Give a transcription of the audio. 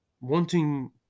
wanting